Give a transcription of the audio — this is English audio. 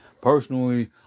personally